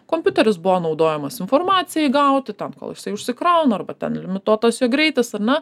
kompiuteris buvo naudojamas informacijai gauti ten kol jisai užsikrauna arba ten limituotas jo greitis ar ne